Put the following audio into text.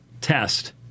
test